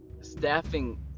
staffing